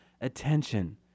attention